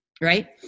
right